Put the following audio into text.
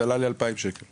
זה עלה לי 2,000 שקל.